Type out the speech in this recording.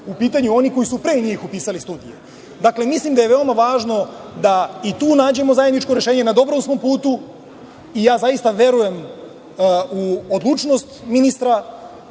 u pitanju oni koji su pre njih upisali studije. Dakle, mislim da je veoma važno da i tu nađemo zajedničko rešenje, na dobrom smo putu i zaista verujem u odlučnost ministra,